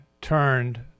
turned